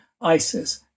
ISIS